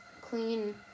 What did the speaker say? clean